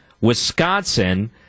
Wisconsin